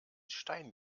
stein